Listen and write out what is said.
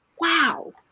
wow